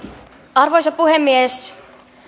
arvoisa puhemies